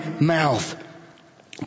mouth